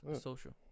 Social